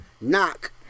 knock